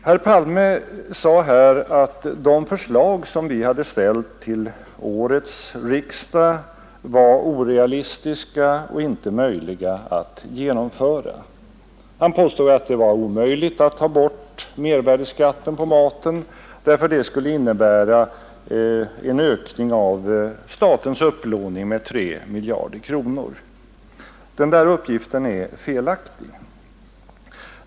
Herr Palme sade att de förslag som vi ställt till årets riksdag var orealistiska och omöjliga att genomföra. Han påstod att det var omöjligt att ta bort mervärdeskatten på mat därför att det skulle innebära en ökning av statens upplåning med 3 miljarder kronor. Den uppgiften är felaktig.